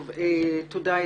תודה.